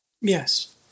Yes